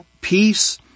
peace